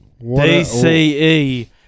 DCE